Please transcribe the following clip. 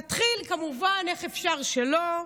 נתחיל, כמובן, איך אפשר שלא,